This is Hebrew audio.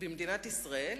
במדינת ישראל,